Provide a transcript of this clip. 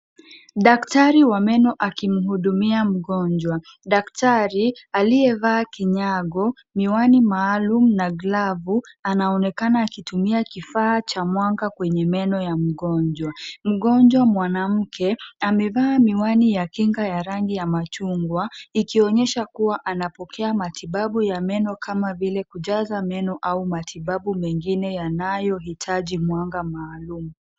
Daktari wa meno akimhudumia mgonjwa. Daktari aliyevaa kinyago, miwani maalum na glavu, anaonekana akitumia kifaa cha mwanga kwenye meno ya mgonjwa. Mgonjwa mwanamke amevaa miwani ya kinga ya rangi ya machungwa, ikionyesha kuwa anapokea matibabu ya meno kama vile kujaza meno au matibabu mengine yanayohitaji mwanga maalum.